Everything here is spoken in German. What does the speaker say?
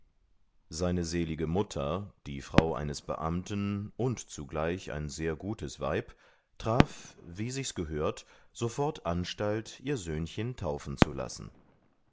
seine selige mutter die frau eines beamten und zugleich ein sehr gutes weib traf wie sich's gehört sofort anstalt ihr söhnchen taufen zu lassen